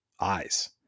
eyes